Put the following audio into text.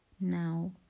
now